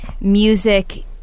music